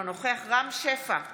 בעד רם שפע,